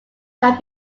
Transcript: have